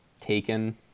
Taken